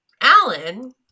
Alan